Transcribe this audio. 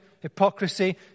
hypocrisy